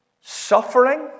Suffering